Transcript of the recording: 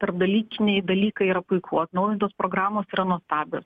tarpdalykiniai dalykai yra puiku atnaujintos programos yra nuostabios